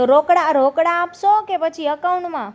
તો રોકડા રોકડા આપશો કે પછી અકાઉન્ટમાં